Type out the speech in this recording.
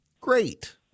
great